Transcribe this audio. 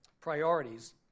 priorities